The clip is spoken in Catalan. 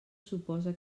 suposa